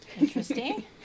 Interesting